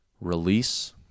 release